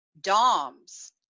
doms